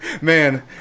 Man